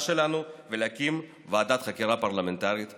שלנו ולהקים ועדת חקירה פרלמנטרית בנושא.